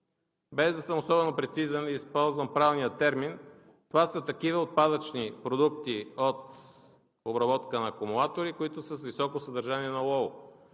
без да съм особено прецизен дали използвам правилния термин, това са такива отпадъчни продукти от обработка на акумулатори, които са с високо съдържание на олово.